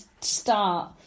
start